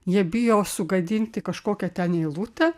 jie bijo sugadinti kažkokią ten eilutę